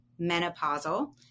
menopausal